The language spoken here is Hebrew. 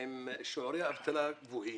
עם שיעורי אבטלה גבוהים.